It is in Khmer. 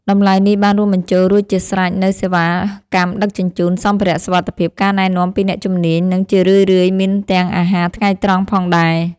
តម្លៃនេះបានរួមបញ្ចូលរួចជាស្រេចនូវសេវាកម្មដឹកជញ្ជូន សម្ភារៈសុវត្ថិភាព ការណែនាំពីអ្នកជំនាញ និងជារឿយៗមានទាំងអាហារថ្ងៃត្រង់ផងដែរ។